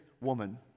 woman